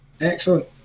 Excellent